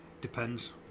Depends